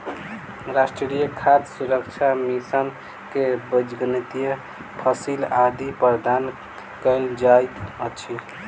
राष्ट्रीय खाद्य सुरक्षा मिशन में वाणिज्यक फसिल आदि प्रदान कयल जाइत अछि